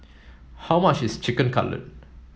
how much is Chicken Cutlet